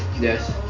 Yes